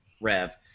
rev